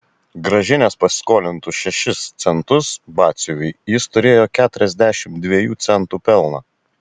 grąžinęs pasiskolintus šešis centus batsiuviui jis turėjo keturiasdešimt dviejų centų pelną